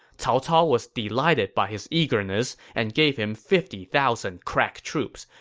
cao cao was delighted by his eagerness and gave him fifty thousand crack troops,